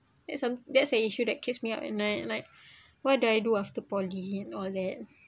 that's um that's an issue that keeps me up at night and like what do I do after poly and all that